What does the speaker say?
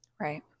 Right